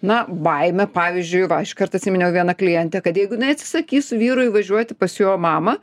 na baimė pavyzdžiui va iškart atsiminiau viena klientė kad jeigu jinai atsisakys vyrui važiuoti pas jo mamą